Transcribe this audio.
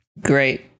great